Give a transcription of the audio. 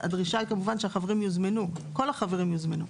הדרישה היא, כמובן, שכל החברים יוזמנו.